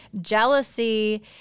jealousy